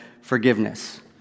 forgiveness